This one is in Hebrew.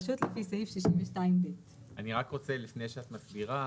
לפני שאת מסבירה,